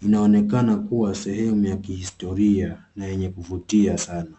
Inaonekana kuwa sehemu ya kihistoria na yenye kuvutia sana.